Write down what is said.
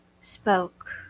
spoke